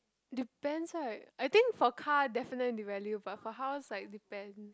depends right I think for car definitely devalue but for house like depends